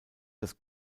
das